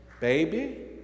baby